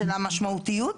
של המשמעותיות?